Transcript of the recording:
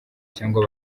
cyangwa